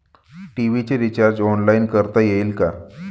TV चे recharge online करता येईल का?